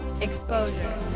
Exposure